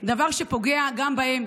דבר שפוגע גם בהם,